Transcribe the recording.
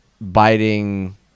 biting